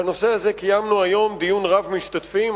בנושא הזה קיימנו היום דיון רב משתתפים,